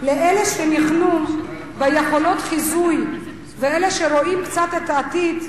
לאלה שניחנו ביכולות חיזוי ולאלה שרואים קצת את העתיד,